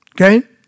Okay